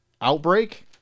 Outbreak